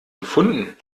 gefunden